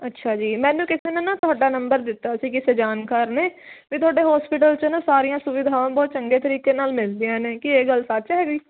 ਅੱਛਾ ਜੀ ਮੈਨੂੰ ਕਿਸੇ ਨੇ ਨਾ ਤੁਹਾਡਾ ਨੰਬਰ ਦਿੱਤਾ ਸੀ ਕਿਸੇ ਜਾਣਕਾਰ ਨੇ ਵੀ ਤੁਹਾਡੇ ਹੋਸਪੀਟਲ 'ਚ ਨਾ ਸਾਰੀਆਂ ਸੁਵਿਧਾਵਾਂ ਬਹੁਤ ਚੰਗੇ ਤਰੀਕੇ ਨਾਲ ਮਿਲਦੀਆਂ ਨੇ ਕੀ ਇਹ ਗੱਲ ਸੱਚ ਹੈਗੀ